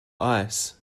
ice